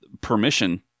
permission